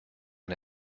and